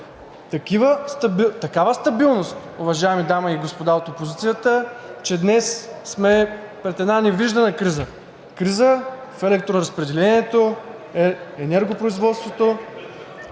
Такава стабилност, уважаеми дами и господа от опозицията, че днес сме пред една невиждана криза – криза в електроразпределението, в енергопроизводството.